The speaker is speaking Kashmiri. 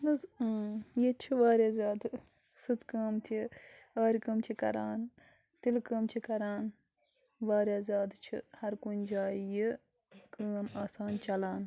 آہن حظ ییٚتہِ چھُ واریاہ زیادٕ سٕژ کٲم چھِ آرِ کٲم چھِ کَران تِلہٕ کٲم چھِ کَران واریاہ زیادٕ چھِ ہر کُنہِ جایہِ یہِ کٲم آسان چَلان